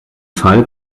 fall